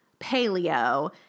paleo